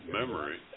memory